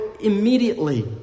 immediately